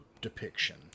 depiction